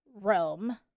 Rome